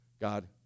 God